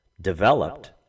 developed